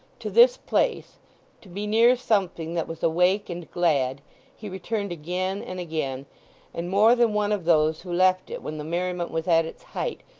to this place to be near something that was awake and glad he returned again and again and more than one of those who left it when the merriment was at its height,